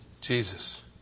Jesus